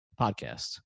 podcast